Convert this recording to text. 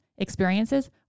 experiences